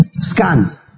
scans